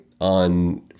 on